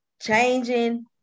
changing